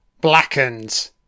Blackened